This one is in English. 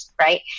Right